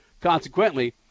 consequently